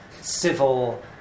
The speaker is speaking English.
civil